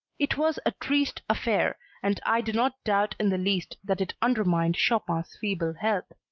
it was a triste affair and i do not doubt in the least that it undermined chopin's feeble health.